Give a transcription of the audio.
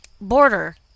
border